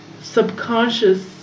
subconscious